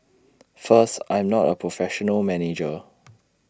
first I'm not A professional manager